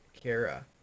Kara